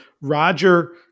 Roger